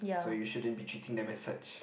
so you shouldn't be treating them as such